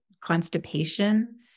constipation